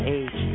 age